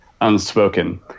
unspoken